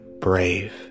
brave